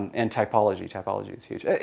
and typology, typology is huge.